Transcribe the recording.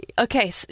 Okay